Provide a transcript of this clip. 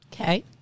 Okay